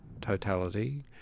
totality